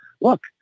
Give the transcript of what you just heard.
look